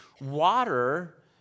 Water